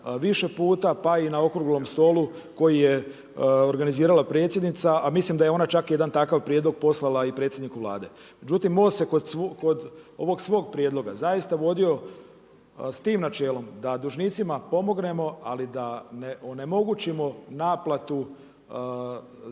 više puta pa i na okruglom stolu koji je organizirala predsjednica a mislim da je ona čak jedan takav prijedlog poslala i predsjedniku Vlade. Međutim MOST se kod ovog svog prijedloga zaista vodio sa tim načelom da dužnicima pomognemo ali da ne onemogućimo naplatu duga